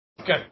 Okay